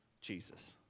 Jesus